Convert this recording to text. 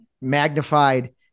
magnified